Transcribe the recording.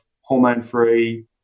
hormone-free